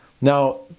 Now